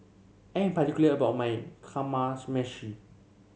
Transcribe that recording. I am particular about my Kamameshi